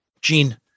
Gene